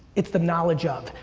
it's the knowledge of,